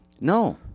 No